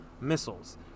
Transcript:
missiles